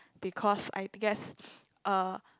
because I guess uh